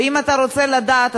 ואם אתה רוצה לדעת,